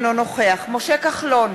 אינו נוכח משה כחלון,